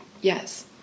yes